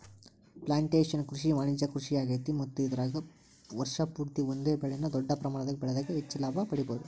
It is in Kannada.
ಪ್ಲಾಂಟೇಷನ್ ಕೃಷಿ ವಾಣಿಜ್ಯ ಕೃಷಿಯಾಗೇತಿ ಮತ್ತ ಇದರಾಗ ವರ್ಷ ಪೂರ್ತಿ ಒಂದೇ ಬೆಳೆನ ದೊಡ್ಡ ಪ್ರಮಾಣದಾಗ ಬೆಳದಾಗ ಹೆಚ್ಚ ಲಾಭ ಪಡಿಬಹುದ